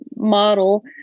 model